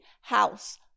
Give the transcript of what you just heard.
house